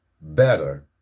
better